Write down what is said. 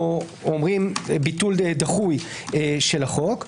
או אומרים: ביטול דחוי של החוק.